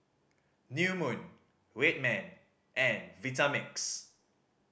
New Moon Red Man and Vitamix